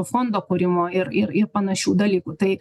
fondo kūrimo ir ir ir panašių dalykų tai